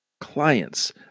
Clients